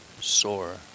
sore